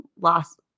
last